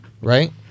right